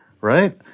right